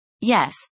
Yes